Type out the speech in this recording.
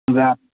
वएह